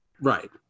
right